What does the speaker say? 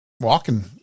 walking